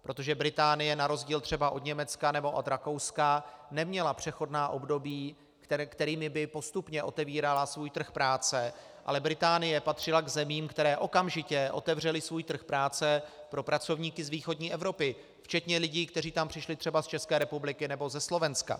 Protože Británie na rozdíl třeba od Německa nebo od Rakouska neměla přechodná období, kterými by postupně otevírala svůj trh práce, ale Británie patřila k zemím, které okamžitě otevřely svůj trh práce pro pracovníky z východní Evropy, včetně lidí, kteří tam přišli třeba z České republiky nebo ze Slovenska.